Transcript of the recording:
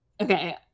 Okay